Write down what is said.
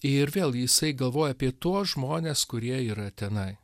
ir vėl jisai galvoja apie tuos žmones kurie yra tenai